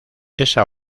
esa